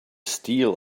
steel